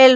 L